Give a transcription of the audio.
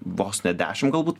vos ne dešimt galbūt